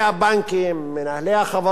מנהלי החברות הגדולות,